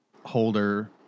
holder